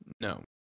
No